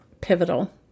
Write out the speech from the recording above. pivotal